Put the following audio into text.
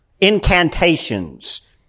incantations